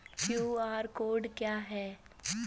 QR code क्या है?